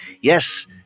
Yes